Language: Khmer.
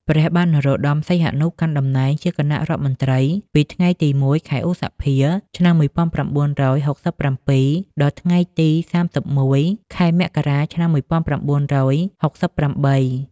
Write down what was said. ព្រះបាទនរោត្តម សីហនុ កាន់តំណែងជាគណៈរដ្ឋមន្ត្រីពីថ្ងៃទី១ ខែឧសភា ឆ្នាំ១៩៦៧ ដល់ថ្ងៃទី ៣១ ខែមករា ឆ្នាំ១៩៦៨។